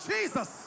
Jesus